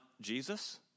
Jesus